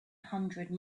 hundred